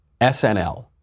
SNL